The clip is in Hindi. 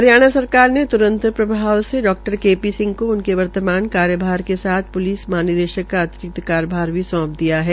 हरियाणा सरकार ने त्रंत प्रभाव से डॉक्टर के पी सिंह को उनके वर्तमान कार्यभार के साथ प्लिस महानिदेशक का अतिरिक्त कार्यभार भी सौंप दिया है